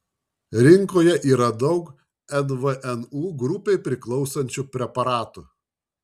rinkoje yra daug nvnu grupei priklausančių preparatų